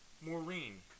maureen